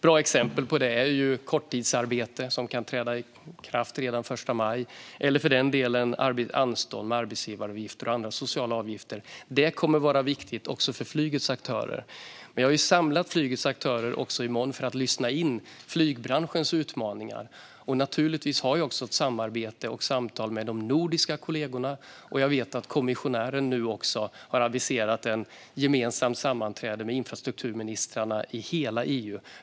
Bra exempel på det är korttidsarbete som kan träda i kraft redan den 1 maj och för den delen anstånd med arbetsgivaravgifter och andra sociala avgifter. Det kommer att vara viktigt också för flygets aktörer. Jag har också samlat flygets aktörer i morgon för att lyssna in flygbranschens utmaningar. Jag har även samarbete och samtal med de nordiska kollegorna. Och jag vet att kommissionären har aviserat ett gemensamt sammanträde med infrastrukturministrarna i hela EU.